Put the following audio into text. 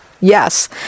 yes